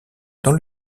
dans